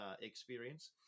experience